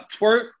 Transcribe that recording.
twerk